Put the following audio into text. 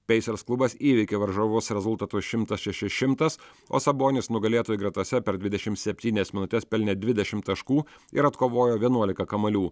pacers klubas įveikė varžovus rezultatu šimtas šeši šimtas o sabonis nugalėtojų gretose per dvidešimt septynias minutes pelnė dvidešimt taškų ir atkovojo vienuolika kamuolių